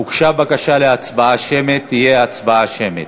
הוגשה בקשה להצבעה שמית, תהיה הצבעה שמית.